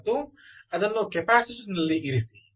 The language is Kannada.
ಮತ್ತು ಅದನ್ನು ಕೆಪಾಸಿಟರ್ ನಲ್ಲಿ ಇರಿಸಿ